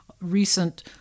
recent